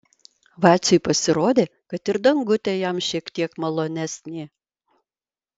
vaciui pasirodė kad ir dangutė jam šiek tiek malonesnė